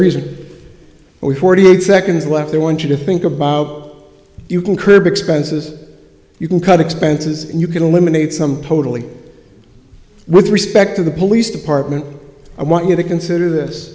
reason we forty eight seconds left i want you to think about you can curb expenses you can cut expenses and you can eliminate some totally with respect to the police department i want you to consider this